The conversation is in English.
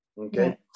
okay